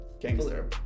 Gangster